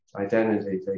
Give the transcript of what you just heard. identity